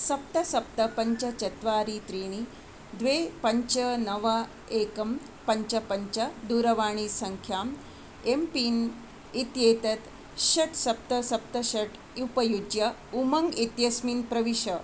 सप्त सप्त पञ्च चत्वारि त्रीणि द्वे पञ्च नव एकं पञ्च पञ्च दूरवाणीसङ्ख्याम् एम्पिन् इत्येतत् षट् सप्त सप्त षट् उपयुज्य उमङ्ग् इत्यस्मिन् प्रविश